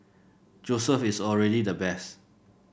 Joseph is already the best